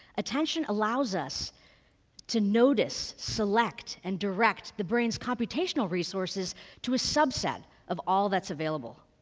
attention allows us to notice, select and direct the brain's computational resources to a subset of all that's available.